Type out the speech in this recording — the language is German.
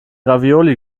ravioli